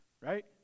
Right